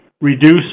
reduce